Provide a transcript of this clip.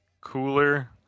cooler